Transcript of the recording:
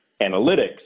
analytics